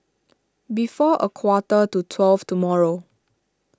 before a quarter to twelve tomorrow